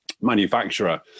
manufacturer